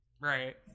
Right